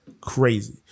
crazy